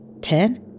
Ten